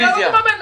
המדינה לא תממן.